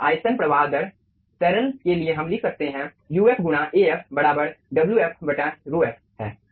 आयतन प्रवाह दर तरल के लिए हम लिख सकते हैं uf गुणा Af बराबर Wf ρf है